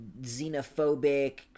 xenophobic